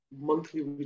monthly